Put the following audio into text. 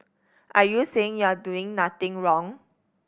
are you saying you're doing nothing wrong